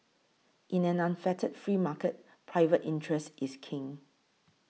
in an unfettered free market private interest is king